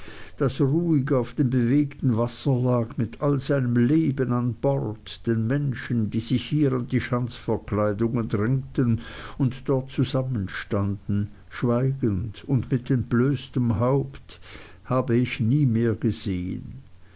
das ruhig auf dem bewegten wasser lag mit all seinem leben an bord den menschen die sich hier an die schanzverkleidungen drängten und dort zusammenstanden schweigend und mit entblößtem haupt habe ich nie mehr gesehen